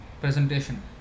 presentation